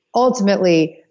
ultimately,